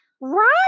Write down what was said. Right